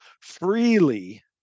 freely